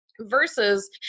versus